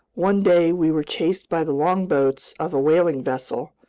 one day we were chased by the longboats of a whaling vessel,